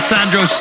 Sandro